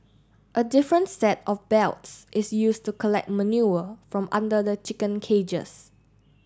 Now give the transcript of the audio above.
a different set of belts is used to collect manure from under the chicken cages